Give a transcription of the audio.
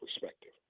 Perspective